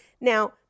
Now